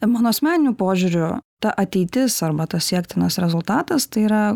mano asmeniniu požiūriu ta ateitis arba tas siektinas rezultatas tai yra